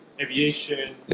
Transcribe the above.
aviation